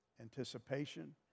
anticipation